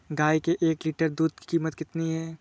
गाय के एक लीटर दूध की कीमत कितनी है?